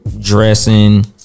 Dressing